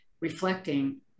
reflecting